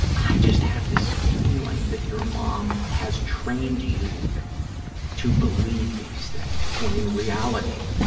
i just have this feeling that your mom has trained you to believe these things, when, in reality,